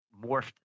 morphed